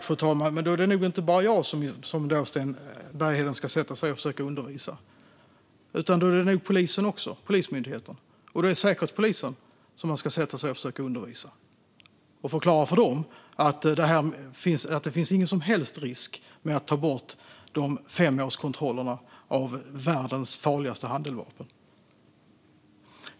Fru talman! Det är nog inte bara mig utan även Polismyndigheten och Säkerhetspolisen som Sten Bergheden ska sätta sig och försöka undervisa. Han får förklara för dem att det inte finns någon som helst risk med att ta bort femårskontrollerna av världens farligaste handeldvapen.